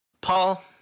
Paul